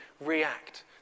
react